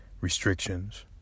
restrictions